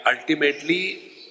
ultimately